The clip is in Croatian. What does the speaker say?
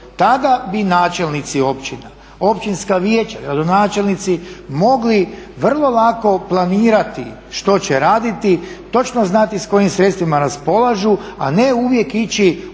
Tada bi načelnici općina, općinska vijeća, gradonačelnici mogli vrlo lako planirati što će raditi, točno znati s kojim sredstvima raspolažu, a ne uvijek ići u nešto